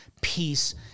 peace